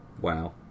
Wow